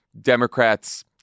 Democrats